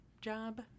job